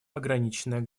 ограниченное